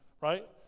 Right